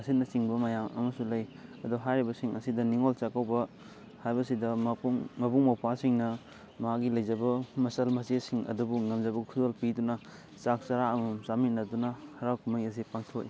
ꯑꯁꯤꯅꯆꯤꯡꯕ ꯃꯌꯥꯝ ꯑꯃꯁꯨ ꯂꯩ ꯑꯗꯣ ꯍꯥꯏꯔꯤꯕꯁꯤꯡ ꯑꯁꯤꯗ ꯅꯤꯉꯣꯜ ꯆꯥꯛꯀꯧꯕ ꯍꯥꯏꯕꯁꯤꯗ ꯃꯕꯨꯡ ꯃꯧꯄ꯭ꯋꯥꯁꯤꯡꯅ ꯃꯥꯒꯤ ꯂꯩꯖꯕ ꯃꯆꯜ ꯃꯆꯦꯁꯤꯡ ꯑꯗꯨꯕꯨ ꯉꯝꯖꯕ ꯈꯨꯗꯣꯜ ꯄꯤꯗꯨꯅ ꯆꯥꯛ ꯆꯔꯥ ꯑꯃꯃꯝ ꯆꯥꯃꯤꯟꯅꯗꯨꯅ ꯍꯔꯥꯎ ꯀꯨꯝꯍꯩ ꯑꯁꯦ ꯄꯥꯡꯊꯣꯛꯏ